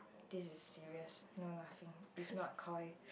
this is serious not laughing it's not Koi